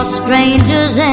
strangers